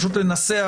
פשוט לנסח.